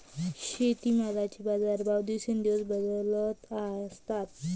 शेतीमालाचे बाजारभाव दिवसेंदिवस बदलत असतात